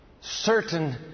Certain